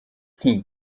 nti